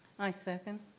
i second.